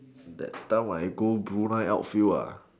that time I go Brunei outfield ah